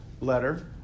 letter